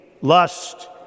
lust